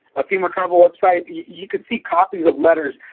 fema travel website, you can see copies of letters.